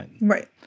Right